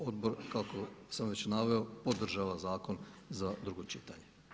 Odbor kako sam već naveo podržava zakon za drugo čitanje.